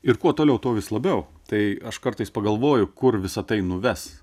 ir kuo toliau tuo vis labiau tai aš kartais pagalvoju kur visa tai nuves